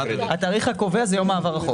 התאריך הקובע הוא יום מעבר החוק.